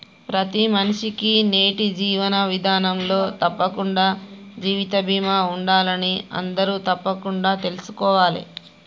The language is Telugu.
ప్రతి మనిషికీ నేటి జీవన విధానంలో తప్పకుండా జీవిత బీమా ఉండాలని అందరూ తప్పకుండా తెల్సుకోవాలే